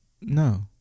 no